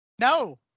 No